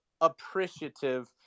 appreciative